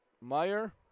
Meyer